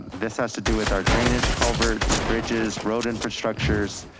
this has to do with our drainage culverts, bridges, road infrastructures,